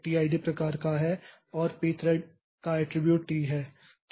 तो pthread t id प्रकार का है और pthread का एट्रिब्यूट t है